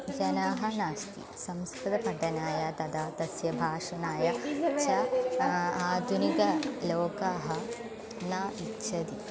जनाः नास्ति संस्कृतपठनाय तदा तस्य भाषणाय च आधुनिकलोकाः न इच्छति